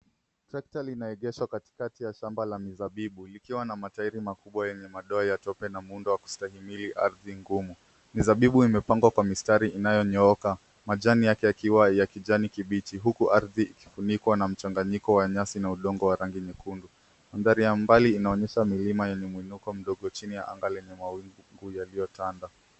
Trekta limeegeshwa katikati ya shamba la mizabibu likiwa na matairi magumu yenye madoa ya tope na muundo wa kustahimili ardhi ngumu. Mizabibu imepangwa kwa mistari inayonyooka, majani yake yakiwa ya kijani kibichi huku ardhi ikifunikwa na mchanganyiko wa nyasi na udongo wa rangi nyekundu. Mandhari ya mbali inaonyesha milima yenye mwinuko mdogo chini ya anga lenye mawingu yaliyotanda.